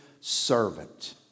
Servant